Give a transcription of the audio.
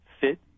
fit